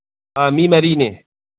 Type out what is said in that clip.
ꯑꯥ ꯃꯤ ꯃꯔꯤꯅꯦ